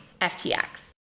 FTX